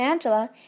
Angela